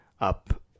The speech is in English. up